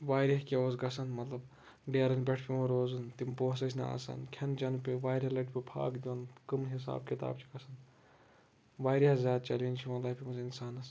واریاہ کیٚنٛہہ اوس گژھُن مطلب ڈیرن پٮ۪ٹھ اوس پیوان روزُن تِم پونٛسہٕ ٲسۍ نہٕ آسان کھٮ۪ن چٮ۪ن پیوٚو واریاہ لَٹہِ پیوو فاکہٕ دیُن کٔم حِساب کِتاب چھِ گژھان واریاہ زیادٕ چیلینٛج چھِ یِوان لایفہِ منٛز اِنسانَس